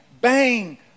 bang